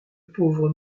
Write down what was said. pauvre